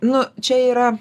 nu čia yra